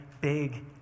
big